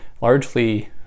largely